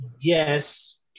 yes